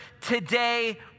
today